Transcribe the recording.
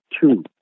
two